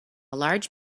large